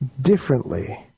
differently